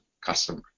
customer